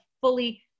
fully